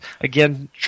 Again